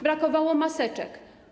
Brakowało maseczek.